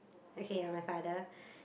okay my father